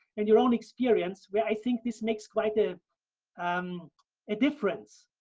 and your own experience, where i think this makes quite a um ah difference.